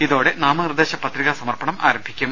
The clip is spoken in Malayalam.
ഇതോടെ നാമനിർദ്ദേശ പത്രികാ സമർപ്പണം ആരംഭിക്കും